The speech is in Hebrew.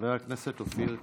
חבר הכנסת אופיר כץ.